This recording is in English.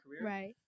Right